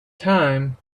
time